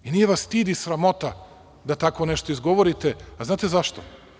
Nije vas stid i sramota da tako nešto izgovorite, a znate zašto?